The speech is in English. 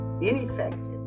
ineffective